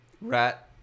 Rat